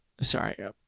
sorry